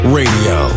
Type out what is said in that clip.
radio